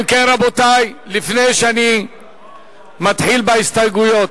אם כן, רבותי, לפני שאני מתחיל בהסתייגויות,